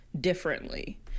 differently